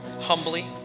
humbly